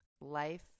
life